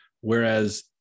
whereas